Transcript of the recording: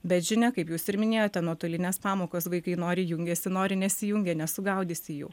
bet žinia kaip jūs ir minėjote nuotolinės pamokos vaikai noriai jungiasi nori nesijungia nesugaudysi jų